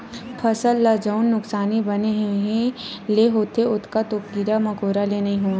फसल ल जउन नुकसानी बन ले होथे ओतका तो कीरा मकोरा ले नइ होवय